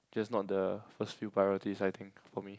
just not the first few priorities I think for me